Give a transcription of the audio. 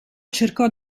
cercò